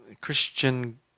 Christian